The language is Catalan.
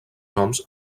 noms